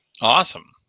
Awesome